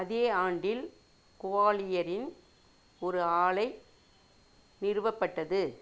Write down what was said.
அதே ஆண்டில் குவாலியரின் ஒரு ஆலை நிறுவப்பட்டது